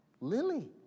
Lily